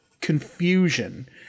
confusion